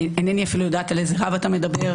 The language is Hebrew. איני יודעת על איזה רב אתה מדבר.